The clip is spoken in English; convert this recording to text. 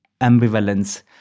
ambivalence